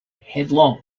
headlong